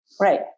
Right